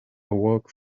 awoke